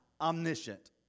omniscient